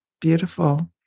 Beautiful